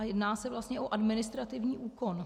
Jedná se vlastně o administrativní úkon.